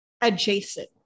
adjacent